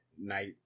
night